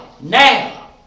now